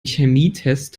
chemietest